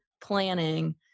planning